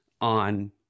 on